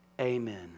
amen